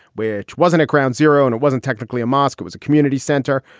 which wasn't at ground zero. and it wasn't technically a mosque. it was a community center.